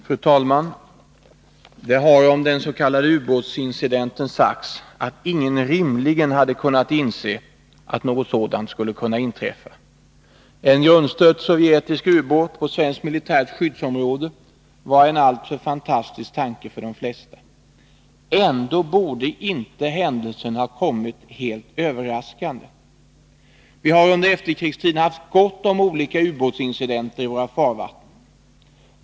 Fru talman! Det har om den s.k. ubåtsincidenten sagts att ingen rimligen kunnat inse att något sådant skulle kunna inträffa. En grundstött sovjetisk ubåt på svenskt militärt skyddsområde var en alltför fantastisk tanke för de flesta. Ändå borde inte händelsen ha inträffat helt överraskande. Vi har under efterkrigstiden haft gott om olika ubåtsincidenter i våra farvatten.